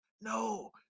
no